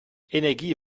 energie